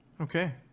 Okay